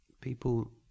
people